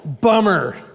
bummer